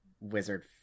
wizard